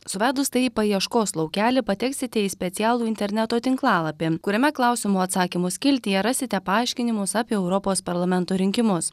suvedus tai paieškos laukely pateksite į specialų interneto tinklalapį kuriame klausimų atsakymų skiltyje rasite paaiškinimus apie europos parlamento rinkimus